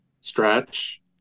stretch